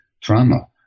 trauma